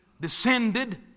descended